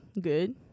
good